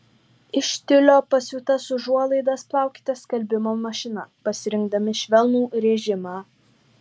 iš tiulio pasiūtas užuolaidas plaukite skalbimo mašina pasirinkdami švelnų režimą